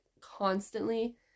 constantly